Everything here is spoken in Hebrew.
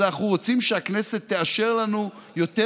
אז אנחנו רוצים שהכנסת תאשר לנו יותר